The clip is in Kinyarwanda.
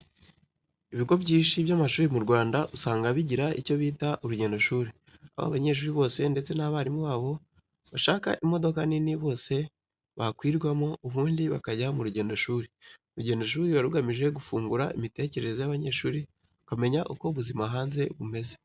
Ibigo byinshi by'amashuri mu Rwanda usanga bagira icyo bita urugendoshuri, aho abanyeshuri bose ndetse n'abarimu babo bashaka imodoka nini bose bakwirwamo, ubundi bakajya mu rugendoshuri. Urugendoshuri ruba rugamije gufungura imitekerereze y'abanyeshuri, bakamenya uko ubuzima hanze bumeze.